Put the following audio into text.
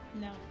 No